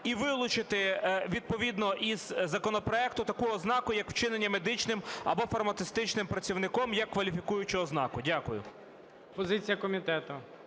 і вилучити відповідно із законопроекту таку ознаку як вчинення медичним або фармацевтичним працівником як кваліфікуючу ознаку. Дякую.